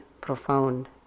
profound